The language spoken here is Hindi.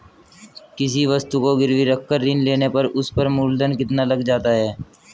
किसी वस्तु को गिरवी रख कर ऋण लेने पर उस पर मूलधन कितना लग जाता है?